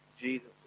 Jesus